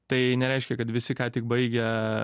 tai nereiškia kad visi ką tik baigę